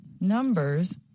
numbers